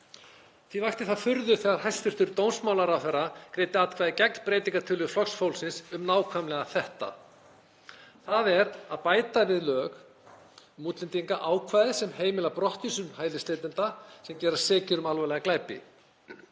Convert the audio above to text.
Því vakti það furðu þegar hæstv. dómsmálaráðherra greiddi atkvæði gegn breytingartillögu Flokks fólksins um nákvæmlega þetta, þ.e. að bæta við lög um útlendinga ákvæði sem heimilar brottvísun hælisleitenda sem gerast sekir um alvarlega glæpi.